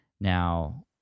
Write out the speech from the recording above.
Now